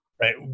right